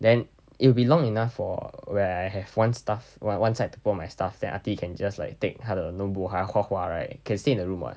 then it'll be long enough for where I have one stuff on~ one side to put all my stuff then ah ti can just like take 他的弄不坏画画 right can stay in the room [what]